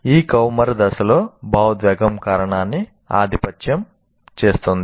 ఈ కౌమారదశలో భావోద్వేగం కారణాన్ని ఆధిపత్యం చేస్తుంది